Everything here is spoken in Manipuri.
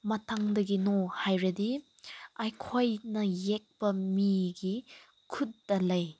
ꯃꯊꯪꯗꯒꯤ ꯅꯣ ꯍꯥꯏꯔꯗꯤ ꯑꯩꯈꯣꯏꯅ ꯌꯦꯛꯄ ꯃꯤꯒꯤ ꯈꯨꯠꯇ ꯂꯩ